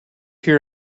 hear